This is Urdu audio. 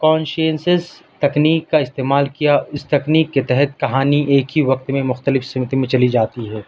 کانسشیسنیس تکیننک کا استعمال کیا اس تکنیک کے تحت کہانی ایک ہی وقت میں مختلف سمت میں چلی جاتی ہے